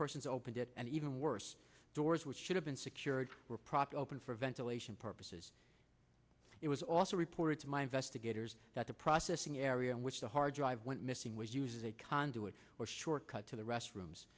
persons opened it and even worse doors which should have been secured were propped open for ventilation purposes it was also reports my investigators that the processing area in which the hard drive went missing was used as a conduit or shortcut to the restrooms